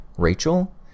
Rachel